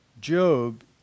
Job